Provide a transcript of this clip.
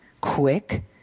quick